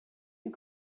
you